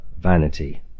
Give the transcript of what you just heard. vanity